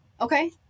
okay